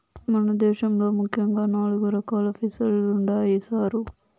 మన దేశంలో ముఖ్యంగా నాలుగు రకాలు ఫిసరీలుండాయి సారు